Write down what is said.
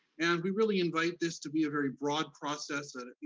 and we really invite this to be a very broad process. you